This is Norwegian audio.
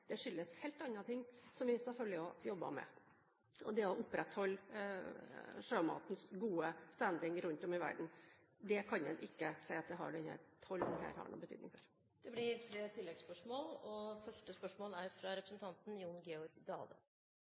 Det skyldes helt andre ting, som vi selvfølgelig også jobber med. Og det å opprettholde sjømatens gode «standing» rundt om i verden, det kan en ikke si at denne tollen har noen betydning for. Det blir tre oppfølgingsspørsmål – første spørsmål er fra Jon Georg Dale.